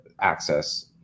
access